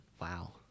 Wow